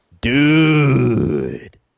Dude